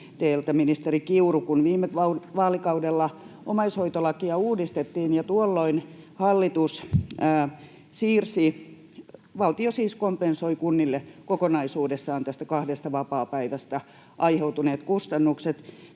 ministeri Kiuru, kun viime vaalikaudella omaishoitolakia uudistettiin ja tuolloin valtio kompensoi kunnille kokonaisuudessaan näistä kahdesta vapaapäivästä aiheutuneet kustannukset